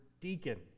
deacon